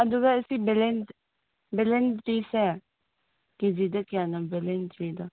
ꯑꯗꯨꯒ ꯑꯩꯁꯦ ꯕꯦꯂꯦꯟꯗ꯭ꯔꯤꯁꯦ ꯀꯦꯖꯤꯗ ꯀꯌꯥꯅꯣ ꯕꯦꯂꯦꯟꯗ꯭ꯔꯤꯗꯣ